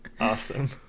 Awesome